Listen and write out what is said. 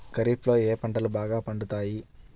ఖరీఫ్లో ఏ పంటలు బాగా పండుతాయి?